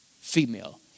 female